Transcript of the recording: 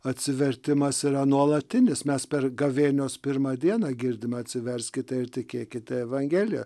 atsivertimas yra nuolatinis mes per gavėnios pirmą dieną girdime atsiverskite ir tikėkite evangelija